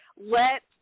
let